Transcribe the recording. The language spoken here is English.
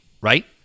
right